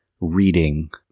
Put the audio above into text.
reading